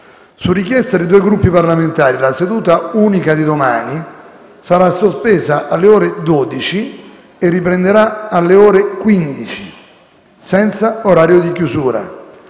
Su richiesta di due Gruppi parlamentari, la seduta unica di domani sarà sospesa alle ore 12 e riprenderà alle ore 15, senza orario di chiusura,